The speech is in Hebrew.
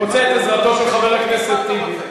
הוא רוצה את עזרתו של חבר הכנסת טיבי.